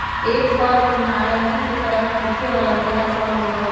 एक फल नारंगी के तरह दिखे वाला पीला फल होबा हई